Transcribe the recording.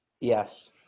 Yes